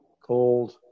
called